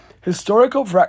Historical